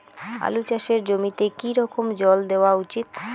আলু চাষের জমিতে কি রকম জল দেওয়া উচিৎ?